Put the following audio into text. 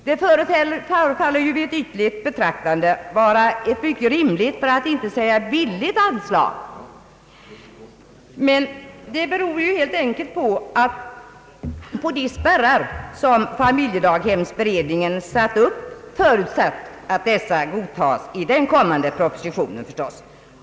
Det förefaller kanske vid ett ytligt betraktande vara ett mycket rimligt — för att inte säga billigt — anslag, men det beror helt enkelt på de spärrar som familjedaghemsberedningen satt upp, förutsatt givetvis att dessa godtas i den kommande propositionen.